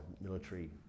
military